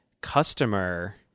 customer